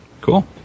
cool